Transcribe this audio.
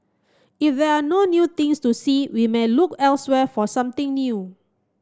if there are no new things to see we may look elsewhere for something new